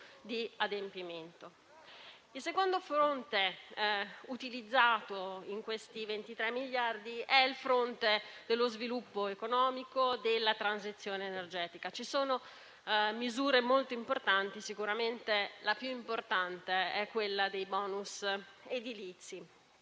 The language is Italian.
Il secondo fronte affrontato questi 23 miliardi è quello dello sviluppo economico e della transizione energetica. Ci sono misure molto importanti, sicuramente la più importante è quella dei bonus edilizi.